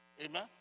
Amen